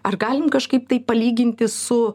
ar galim kažkaip tai palyginti su